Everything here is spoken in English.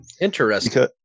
Interesting